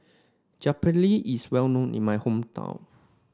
Japchae is well known in my hometown